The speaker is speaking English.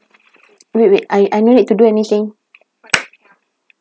wait wait I I no need to do anything